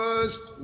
First